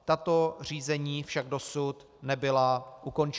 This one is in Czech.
Tato řízení však dosud nebyla ukončena.